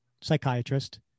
psychiatrist